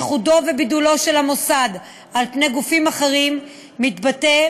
ייחודו ובידולו של המוסד על פני גופים אחרים מתבטאים